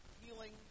Healing